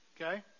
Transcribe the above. Okay